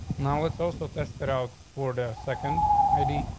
now, it's also tested out for the second i d.